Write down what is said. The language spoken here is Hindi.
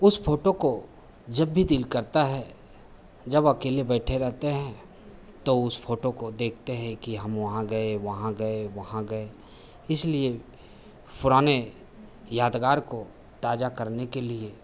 उस फ़ोटो को जब भी दिल करता है जब अकेले बैठे रहते हैं तो उस फ़ोटो को देखते हैं कि हम वहाँ गए वहाँ गए वहाँ गए इसलिए पुराने यादगार को ताज़ा करने के लिए